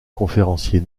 conférencier